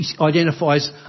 identifies